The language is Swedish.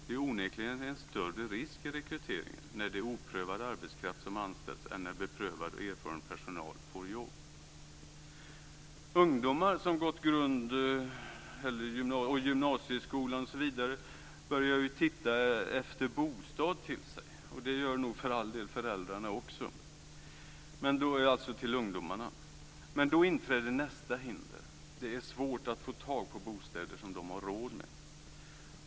Det är onekligen en större risk i rekryteringen när det är oprövad arbetskraft som anställs än när beprövad och erfaren personal får jobb. Ungdomar som gått grund och gymnasieskolan, osv. börjar ju titta efter bostad. Det gör nog för all del föräldrarna också, men då till ungdomarna. Då inträder nästa hinder. Det är svårt att få tag på bostäder som de har råd med.